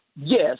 Yes